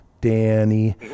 danny